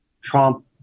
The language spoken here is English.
Trump